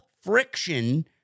friction